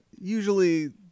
usually